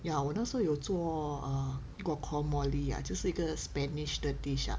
ya 我那时候有做 err guacamole ah 就是一个 spanish the dish ah